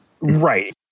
Right